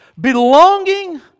belonging